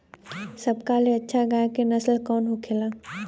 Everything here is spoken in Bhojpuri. सबका ले अच्छा गाय के नस्ल कवन होखेला?